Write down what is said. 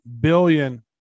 billion